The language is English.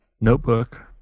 notebook